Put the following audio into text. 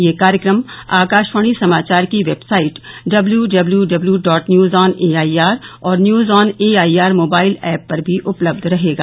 यह कार्यक्रम आकाशवाणी समाचार की website W W W dot news on AIR और news on AIR mobile app पर भी उपलब्ध रहेगा